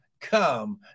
come